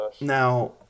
Now